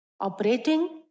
operating